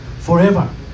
Forever